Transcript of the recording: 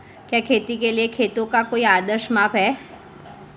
क्या खेती के लिए खेतों का कोई आदर्श माप है?